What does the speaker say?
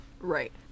right